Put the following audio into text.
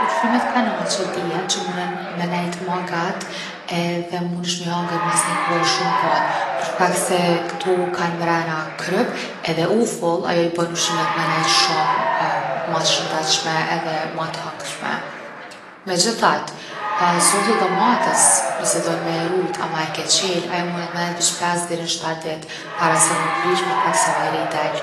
Ushqimet kanaqe dihen qe munen me nejt ma gat edhe munesh mi hanger mas ni kohe shumë t’gatë për shkak se kto kan mrena kryp edhe ufull, ajo i bon ushqimet me nejt shumë ma t’shëndetshme edhe ma t’honkshme. Megjithat’ sosi i domates, nëse don me e rujt ama e ke qel, ajo munet me nejt veq 5 deri n’7 ditë para se mu prish se ajri i del.